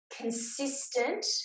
consistent